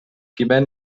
quimet